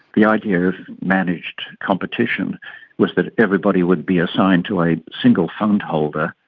the idea of managed competition was that everybody would be assigned to a single fundholder.